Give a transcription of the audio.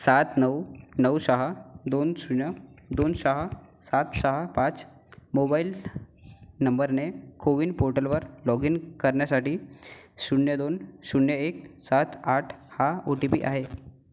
सात नऊ नऊ सहा दोन शून्य दोन सहा सात सहा पाच मोबाइल नंबरने कोविन पोर्टलवर लॉगइन करण्यासाठी शून्य दोन शून्य एक सात आठ हा ओ टी पी आहे